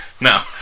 No